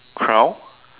crown